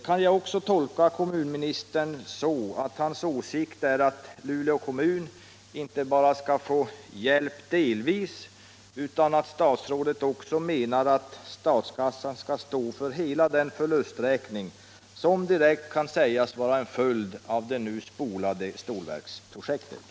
Kan jag också tolka kommunministern så, att hans åsikt är att Luleå kommun inte bara skall få hjälp delvis, utan att statsrådet menar att statskassan skall stå för hela den förlusträkning som direkt kan sägas vara en följd av det nu spolade Stålverksprojektet?